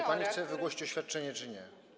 Czy pani chce wygłosić oświadczenie, czy nie?